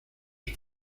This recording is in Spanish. sus